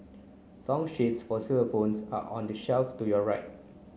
song sheets for xylophones are on the shelf to your right